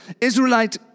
Israelite